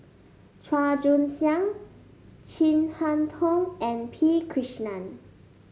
Chua Joon Siang Chin Harn Tong and P Krishnan